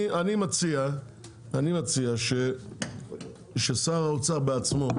אני מציע, אני מציע ששר האוצר בעצמו,